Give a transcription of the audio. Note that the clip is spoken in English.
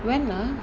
when ah